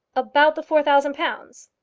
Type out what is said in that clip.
about the four thousand pounds?